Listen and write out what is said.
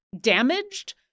damaged